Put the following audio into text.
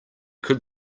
could